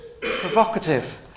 provocative